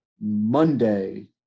Monday